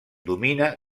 domina